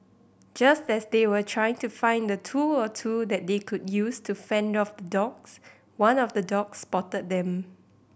just as they were trying to find a tool or two that they could use to fend off the dogs one of the dogs spotted them